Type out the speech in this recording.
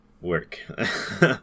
work